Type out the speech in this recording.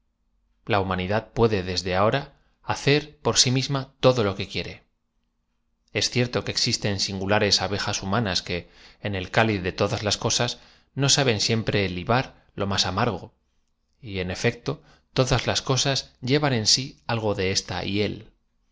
la humanidad puede desde ahora hacer por si misma todo lo que quiere es cierto que existen singulares abejas humanas que en el caliz de todas las cosas no saben siempre lib ar lo más amar go en efecto todas las cosas llevan en si algo de esta hiel que